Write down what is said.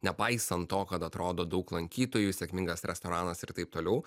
nepaisant to kad atrodo daug lankytojų sėkmingas restoranas ir taip toliau